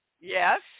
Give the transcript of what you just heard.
Yes